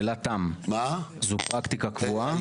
זו פרקטיקה קבועה?